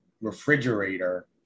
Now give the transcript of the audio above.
refrigerator